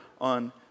on